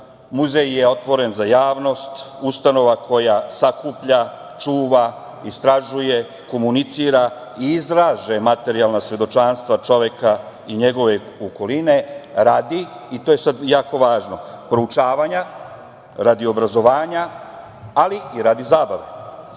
Muzej je otvoren za javnost, ustanova koja sakuplja, čuva, istražuje, komunicira i izlaže materijalna svedočanstva čoveka i njegove okoline, i to je sad jako važno, radi proučavanja, radi obrazovanja, ali i radi zabave. Prvi